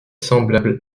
semblable